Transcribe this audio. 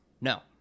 no